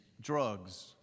drugs